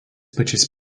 pačiais